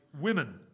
women